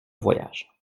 voyage